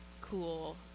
cool